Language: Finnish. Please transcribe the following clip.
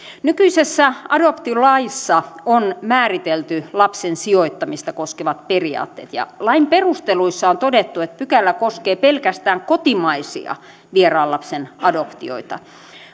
nykyisessä adoptiolaissa on määritelty lapsen sijoittamista koskevat periaatteet ja lain perusteluissa on todettu että pykälä koskee pelkästään kotimaisia vieraan lapsen adoptioita